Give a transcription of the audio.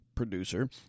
producer